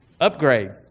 upgrade